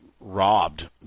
robbed